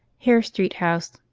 hare street house,